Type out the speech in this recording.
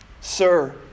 Sir